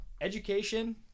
education